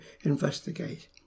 investigate